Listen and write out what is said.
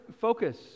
focus